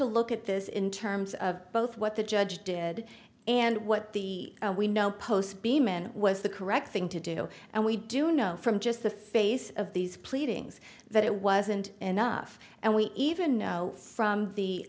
to look at this in terms of both what the judge did and what the we know post beeman was the correct thing to do and we do know from just the face of these pleadings that it wasn't enough and we even know from the